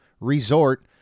resort